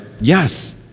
yes